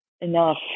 enough